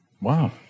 Wow